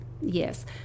yes